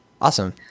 Awesome